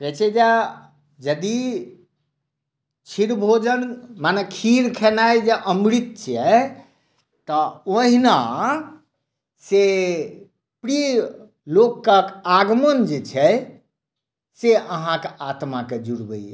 कहैत छै जे यदि क्षीर भोजन मने खीर खेनाइ जे अमृत छियै तऽ ओहिना से प्रिय लोकक आगमन जे छै से अहाँके आत्माकेँ जुड़बैए